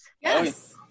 yes